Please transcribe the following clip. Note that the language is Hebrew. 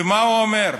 ומה הוא אומר?